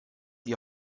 die